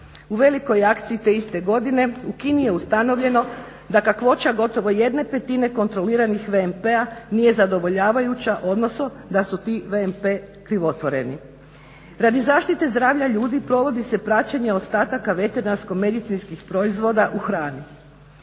u velikoj akciji te iste godine u Kini je ustanovljeno da kakvoća gotovo jedne petine kontroliranih VMP-a nije zadovoljavajuća, odnosno da su ti VMP krivotvoreni. Radi zaštite zdravlja ljudi provodi se praćenje ostataka veterinarsko-medicinskih proizvoda u hrani.